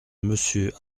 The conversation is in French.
monsieur